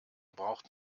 braucht